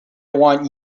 want